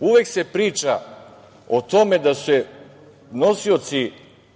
Uvek se priča o tome da su nosioci